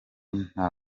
nta